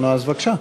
אז בבקשה.